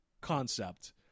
concept